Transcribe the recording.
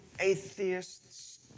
atheists